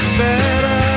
better